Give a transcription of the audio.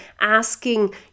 asking